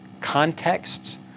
contexts